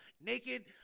naked